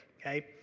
Okay